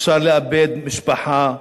אפשר לאבד משפחה,